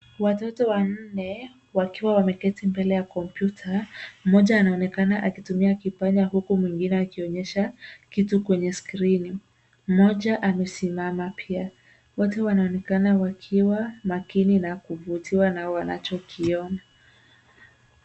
Watoto wanne wakiwa wameketi mbele ya kompyuta, mmoja anaonekana akitumia kipanya, huku mwingine akionyesha kitu kwenye skrini, mmoja amesimama pia. Wote wanaonekana wakiwa makini na kuvutiwa na wanachokiona.